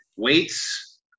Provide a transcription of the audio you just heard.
Weights